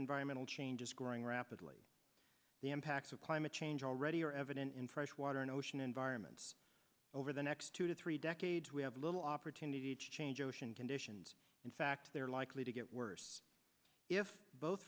environmental change is growing rapidly the impacts of climate change already are evident in fresh water and ocean environments over the next two to three decades we have little opportunity to change ocean conditions in fact they're likely to get worse if both